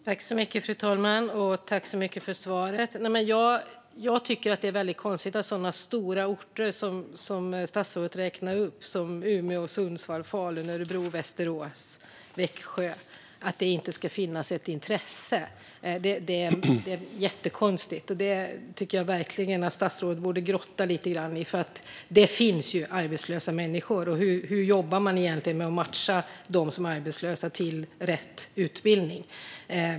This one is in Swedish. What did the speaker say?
Fru talman! Jag tycker att det låter väldigt konstigt att det inte skulle finnas ett intresse på så stora orter som statsrådet räknade upp, som Umeå, Sundsvall, Falun, Örebro, Västerås och Växjö. Det är jättekonstigt - jag tycker verkligen att statsrådet borde grotta lite grann i det. Det finns ju arbetslösa människor. Hur jobbar man egentligen med att matcha de arbetslösa till rätt utbildning?